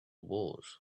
wars